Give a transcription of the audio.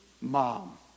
mom